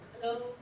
Hello